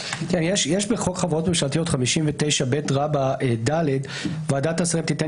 יש בחוק חברות ממשלתיות 59ב רבא ד "ועדת השרים תיתן